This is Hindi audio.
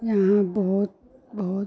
यहाँ बहुत बहुत